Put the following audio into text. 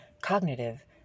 cognitive